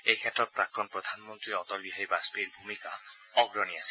এইক্ষেত্ৰত প্ৰাক্তন প্ৰধানমন্ত্ৰী অটল বিহাৰী বাজপেয়ীৰ ভূমিকা অগ্ৰণী আছিল